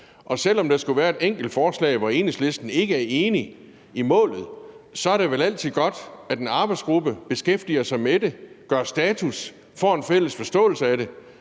Og selv om der skulle være et enkelt forslag, hvor Enhedslisten ikke er enig i målet, er det vel altid godt, at en arbejdsgruppe beskæftiger sig med det, gør status og får en fælles forståelse af det.